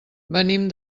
venim